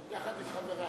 יחד עם חברי.